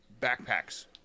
backpacks